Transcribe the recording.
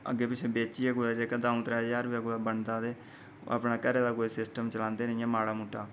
अग्गैं पिच्छे बेचियै कुदै द'ऊं त्रै हजार बनदा ते अपने घरै दा कुदै सिस्टम चलांदे न माढ़ा मुट्टा